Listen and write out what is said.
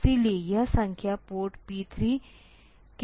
इसलिए यह संख्या पोर्ट पी 3 के लिए आउटपुट है